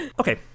Okay